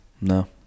No